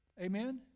Amen